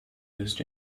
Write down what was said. used